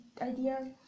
idea